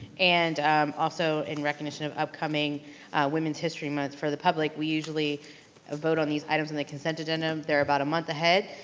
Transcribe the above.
and also in recognition of upcoming women's history month, for the public, we usually ah vote on these items in the consent agenda, they're about a month ahead.